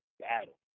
battle